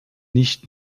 nicht